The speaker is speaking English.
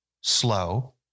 slow